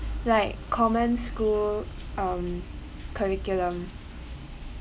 like common school um curriculum